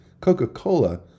Coca-Cola